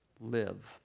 live